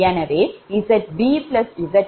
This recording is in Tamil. எனவே Zb Z11 0